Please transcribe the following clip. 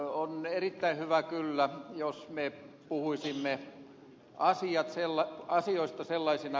on erittäin hyvä kyllä jos me puhuisimme asioista sellaisina kuin ne ovat